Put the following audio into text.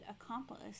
accomplice